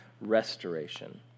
restoration